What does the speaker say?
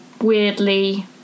weirdly